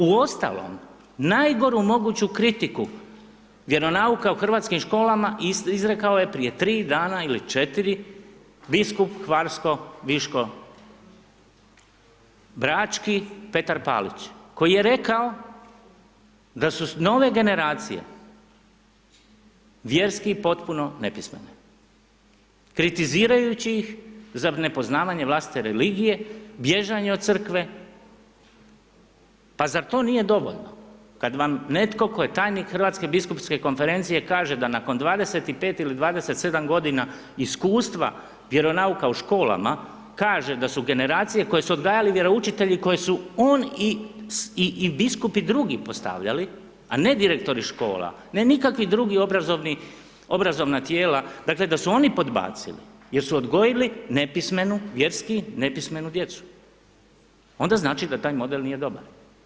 Uostalom, najgoru moguću kritiku vjeronauka u hrvatskim školama izrekao je prije 3 dana ili 4 biskup hvarsko-viško-brački Petar Palić koji je rekao da su nove generacije vjerski potpuno nepismene, kritizirajući ih za nepoznavanje vlastite religije, bježanje od Crkve, pa zar to nije dovoljno kad vam netko tko je tajnik Hrvatske biskupske konferencije kaže da nakon 25 ili 27 g. iskustva vjeronauka u školama, kaže da su generacije koje su odgajali vjeroučitelji koji su on i biskupi drugi postavljali a ne direktori škola, ne nikakva druga obrazovna tijela dakle da su oni podbacili jer su odgojili nepismenu, vjerski nepismenu djecu, onda znači da taj model nije dobar.